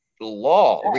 law